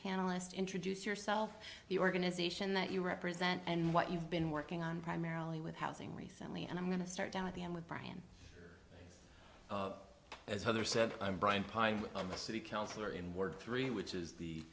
panelist introduce yourself the organization that you represent and what you've been working on primarily with housing recently and i'm going to start down at the end with brian as father said i'm brian pine i'm the city counselor in ward three which is the